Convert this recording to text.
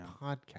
podcast